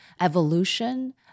evolution